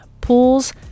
pools